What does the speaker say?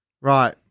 Right